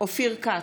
אופיר כץ,